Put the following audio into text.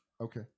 Okay